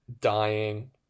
dying